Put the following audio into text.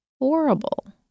horrible